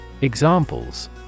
Examples